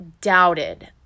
doubted